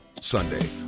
Sunday